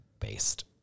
based